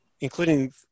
including